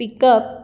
pick-up